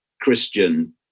Christian